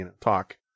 talk